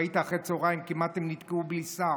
ראית, אחר הצוהריים הם כמעט נתקעו ביצהר.